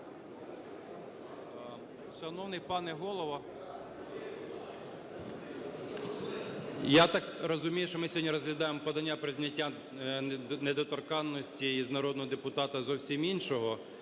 Шановний пане Голово, я так розумію, що ми сьогодні розглядаємо подання про зняття недоторканності з народного депутата зовсім іншого,